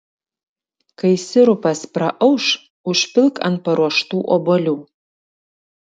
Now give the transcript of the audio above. kai sirupas praauš užpilk ant paruoštų obuolių